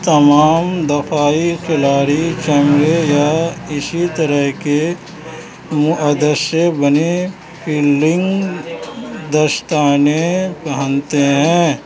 تمام دفاعی کھلاڑی چمڑے یا اسی طرح کے مواد سے بنے فیلڈنگ دستانے پہنتے ہیں